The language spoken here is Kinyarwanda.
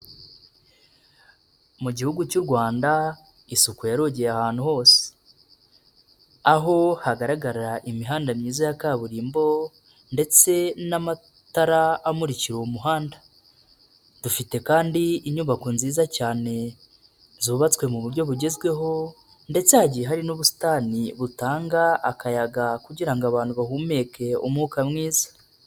Mu gihugu cy'u Rwanda isuku yarogeye ahantu hose, aho hagaragarara imihanda myiza ya kaburimbo ndetse n'amatara amurikira uwo muhanda, dufite kandi inyubako nziza cyane zubatswe mu buryo bugezweho ndetse hagiye hari n'ubusitani butanga akayaga kugira ngo abantu bahumeke umwuka mwiza.